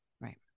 Right